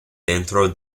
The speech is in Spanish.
dentro